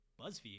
BuzzFeed